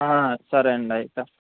సరే అండి అయితే